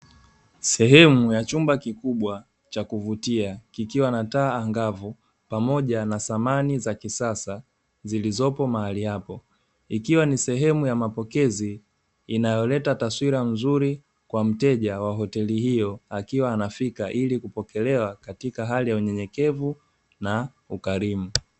Sehemu ya chumba kikubwa cha kuvutia kikiwa na taa angavu, pamoja na samani za kisasa zilizopo mahali hapo. Ikiwa ni sehemu ya mapokezi, inayoleta taswira nzuri kwa mteja wa hoteli hiyo akiwa anafika ili kupokelewa katika hali ya unyenyekevu na ukarimu.